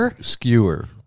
Skewer